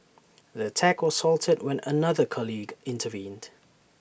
the attack was halted when another colleague intervened